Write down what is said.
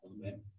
Amen